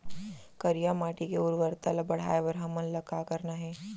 करिया माटी के उर्वरता ला बढ़ाए बर हमन ला का करना हे?